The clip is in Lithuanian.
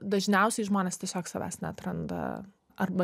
dažniausiai žmonės tiesiog savęs neatranda arba